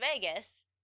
Vegas